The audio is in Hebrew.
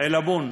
עילבון,